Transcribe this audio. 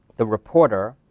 the reporter,